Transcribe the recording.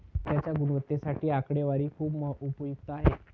डेटाच्या गुणवत्तेसाठी आकडेवारी खूप उपयुक्त आहे